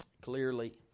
clearly